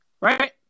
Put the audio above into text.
Right